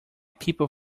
people